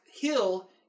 hill